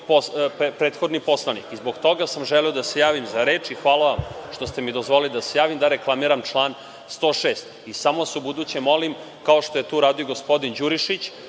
prethodni poslanik. Zbog toga sam želeo da se javim za reč i hvala vam što ste mi dozvolili da se javim, da reklamiram član 106. Samo vas ubuduće molim, kao što je to uradio gospodin Đurišić,